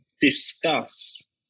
discuss